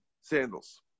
sandals